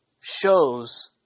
shows